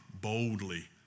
boldly